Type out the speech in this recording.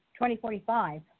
2045